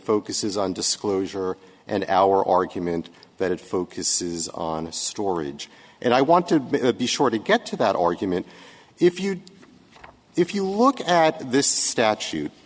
focuses on disclosure and our argument that it focuses on a storage and i want to be sure to get to that argument if you if you look at this statute